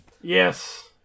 Yes